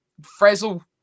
Frazzle